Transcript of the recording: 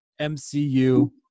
MCU